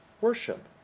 Worship